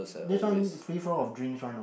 this one free flow of drinks one know